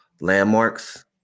landmarks